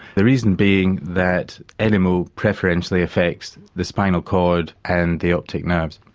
the reason being that and nmo preferentially effects the spinal cord and the optic nerves.